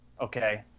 Okay